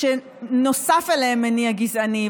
שנוסף אליהן מניע גזעני,